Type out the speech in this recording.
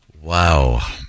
Wow